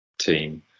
team